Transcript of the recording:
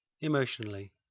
emotionally